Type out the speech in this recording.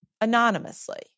anonymously